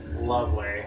Lovely